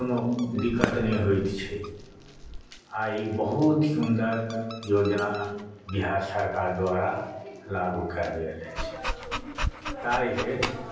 कोनो दिक्कत नहि होयत छैक आइ बहुत सुंदर योजना बिहार सरकार द्वारा लागू कयल गेल अछि ताहि लेल